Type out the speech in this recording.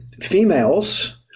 females